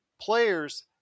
players